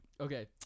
Okay